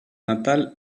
natal